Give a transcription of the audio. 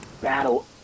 battle